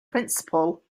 principal